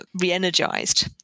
re-energized